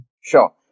Sure